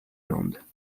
landes